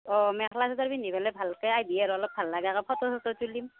অঁ মেখেলা চাদৰ পিন্ধি পেলাই ভালকা হেৰি আৰু অলপ ভাল লগাকৈ ফটো চটো তুলিম